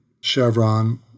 Chevron